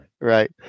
Right